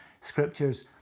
scriptures